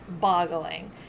boggling